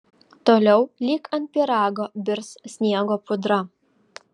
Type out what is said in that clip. toliau lyg ant pyrago birs sniego pudra